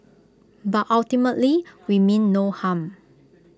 but ultimately we mean no harm